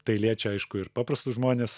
tai liečia aišku ir paprastus žmones